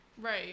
Right